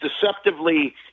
deceptively